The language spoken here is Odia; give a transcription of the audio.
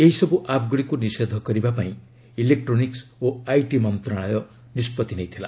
ଏହିସବୁ ଆପ୍ଗୁଡ଼ିକୁ ନିଷେଧ କରିବା ପାଇଁ ଇଲେକ୍ଟ୍ରୋନିକ୍କ ଓ ଆଇଟି ମନ୍ତ୍ରଣାଳୟ ନିଷ୍ପଭି ନେଇଥିଲା